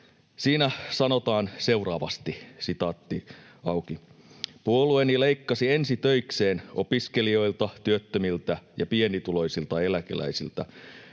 Siinä sanotaan seuraavasti: ”Puolueeni leikkasi ensi töikseen opiskelijoilta, työttömiltä ja pienituloisilta eläkeläisiltä,